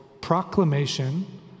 proclamation